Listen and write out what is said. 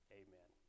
amen